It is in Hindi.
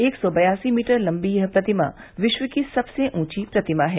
एक सौ बयासी मीटर लंबी यह प्रतिमा विश्व की सबसे ऊंची प्रतिमा है